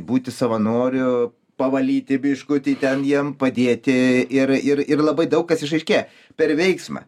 būti savanoriu pavalyti biškutį ten jiem padėti ir ir ir labai daug kas išaiškėja per veiksmą